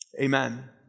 Amen